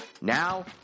Now